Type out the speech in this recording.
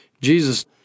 Jesus